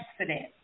accident